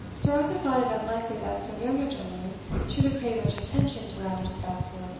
sir arthur thought it unlikely that so young a gentleman should have paid much attention to matters of that sort